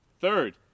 Third